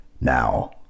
Now